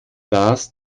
das